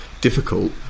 difficult